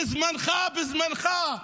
בזמנך, בזמנך,